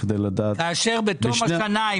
בתום השנה,